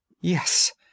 yes